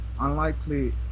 unlikely